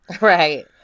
Right